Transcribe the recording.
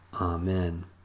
Amen